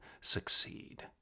succeed